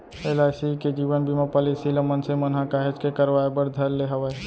LIC के जीवन बीमा पॉलीसी ल मनसे मन ह काहेच के करवाय बर धर ले हवय